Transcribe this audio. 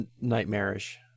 nightmarish